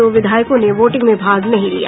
दो विधायकों ने वोटिंग में भाग नहीं लिया